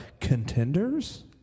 contenders